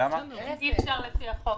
אי אפשר, לפי החוק.